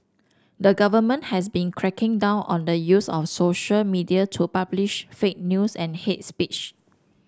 the government has been cracking down on the use of social media to publish fake news and hate speech